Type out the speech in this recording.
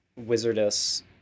wizardess